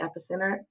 Epicenter